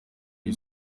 iri